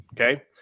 Okay